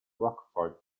rockford